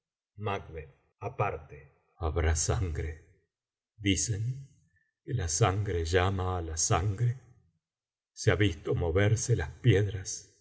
talento aparte habrá sangre dicen que la sangre llama á la sangre se ha visto moverse las piedras